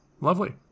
Lovely